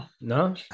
No